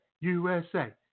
USA